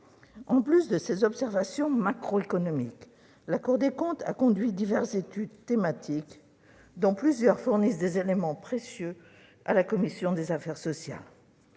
En plus de ces observations macroéconomiques, la Cour des comptes a conduit diverses études thématiques, dont plusieurs fournissent des éléments précieux à la commission des affaires sociales.